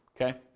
Okay